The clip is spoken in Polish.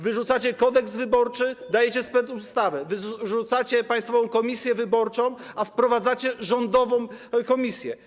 Wyrzucacie Kodeks wyborczy, dajecie specustawę, wyrzucacie Państwową Komisję Wyborczą, a wprowadzacie rządową komisję.